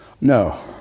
No